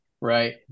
right